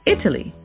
Italy